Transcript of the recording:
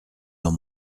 dans